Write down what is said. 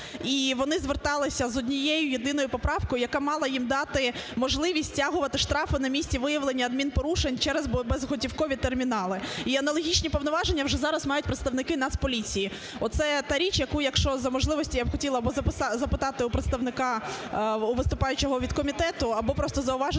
вони зверталися з однією-єдиною поправкою, яка мала їм дати можливість стягувати штрафи на місці виявлення адмінпорушень через безготівкові термінали. І аналогічні повноваження вже зараз мають представники Нацполіції. Оце та річ, яку, якщо за можливості, я б хотіла або запитати у представника, у виступаючого від комітету, або просто зауважити